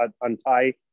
untie